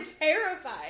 terrified